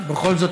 בכל זאת,